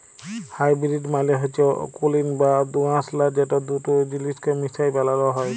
hybrid মালে হচ্যে অকুলীন বা দুআঁশলা যেট দুট জিলিসকে মিশাই বালালো হ্যয়